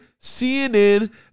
CNN